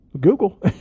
Google